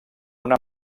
una